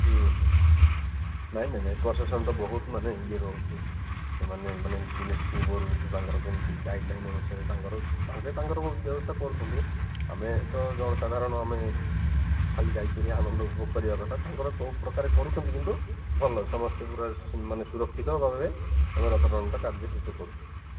ହୁଁ ହୁଁ ନାଇଁ ନାଇଁ ନାଇଁ ପ୍ରଶାସନର ବହୁତ ମାନେ ଇଏ ରହୁଛି ଏମାନେ ମାନେ ଦିନଟେ ପୂର୍ବରୁ ତାଙ୍କର କେମିତି ଗାଇଡ଼ଲାଇନ୍ ଅନୁସାରେ ତାଙ୍କର ତାଙ୍କେ ତାଙ୍କର ବ୍ୟବସ୍ଥା କରୁଛନ୍ତି ଆମେ ତ ଜନ ସାଧାରଣ ଆମେ ଖାଲି ଯାଇକିରି ଆନନ୍ଦ ଉପଭୋଗ କରିବା କଥା ତାଙ୍କର କେଉଁ ପ୍ରକାରେ କରୁଛନ୍ତି କିନ୍ତୁ ଭଲ ସମସ୍ତେ ପୂରା ମାନେ ସୁରକ୍ଷିତ ଭାବେ ଏବଂ ଆମ ରଥ ଟଣା କାର୍ଯ୍ୟ ଶେଷ କରୁଛୁ